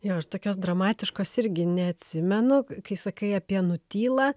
jo aš tokios dramatiškos irgi neatsimenu kai sakai apie nutyla